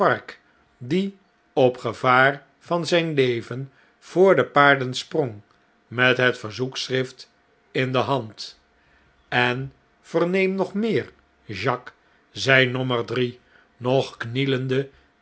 die op gevaar van zijn leven voor de paarden sprong met het verzoekschrift in de hand en verneem nog meer jacques zei nommer drie nog knielende